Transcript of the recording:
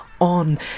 on